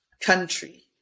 country